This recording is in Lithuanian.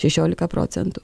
šešiolika procentų